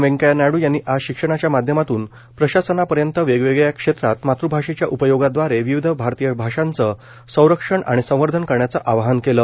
वेंकैया नायडू यांनी आज शिक्षणाच्या माध्यमातून प्रशासनापर्यंत वेगवेगळ्या क्षेत्रात मातृभाषेच्या उपयोगादवारे विविध भारतीय भाषांचं संरक्षण आणि संवर्धन करण्याचं आवाहन केलं